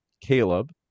Caleb